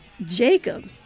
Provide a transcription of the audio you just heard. Jacob